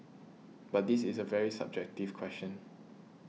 but this is a very subjective question